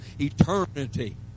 Eternity